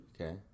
Okay